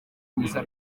myiza